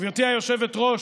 גברתי היושבת-ראש,